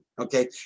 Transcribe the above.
Okay